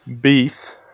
beef